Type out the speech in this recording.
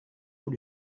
vous